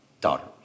daughters